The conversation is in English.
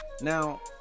Now